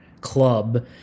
club